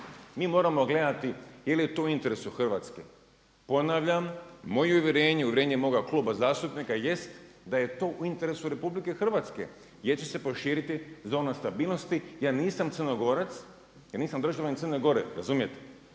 Mi moramo gledati je li to u interesu Hrvatske. Ponavljam moj je uvjerenje i uvjerenje moga kluba zastupnika jest da je to u interesu RH gdje će se proširiti zona stabilnosti. Ja nisam Crnogorac, ja nisam